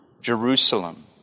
Jerusalem